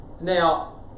Now